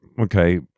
Okay